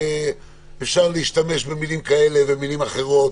אפשר להשתמש במילים כאלה או במילים אחרות